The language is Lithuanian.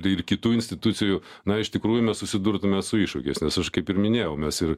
ir kitų institucijų na iš tikrųjų mes susidurtume su iššūkiais nes aš kaip ir minėjau mes ir